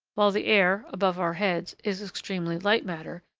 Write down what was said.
while the air, above our heads, is extremely light matter,